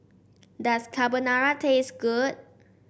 does Carbonara taste good